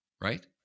right